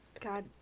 God